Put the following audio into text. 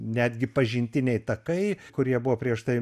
netgi pažintiniai takai kurie buvo prieš tai